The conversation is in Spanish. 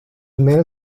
mel